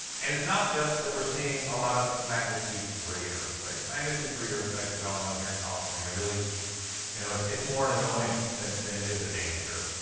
and it's not just that we're seeing a lot of magnitude three earthquakes. magnitude three earthquakes, we all know here in california, really you know, it's it's more an annoyance than than it is a danger.